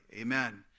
Amen